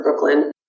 Brooklyn